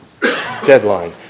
deadline